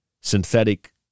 synthetic